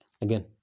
Again